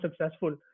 successful